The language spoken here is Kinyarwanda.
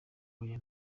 oya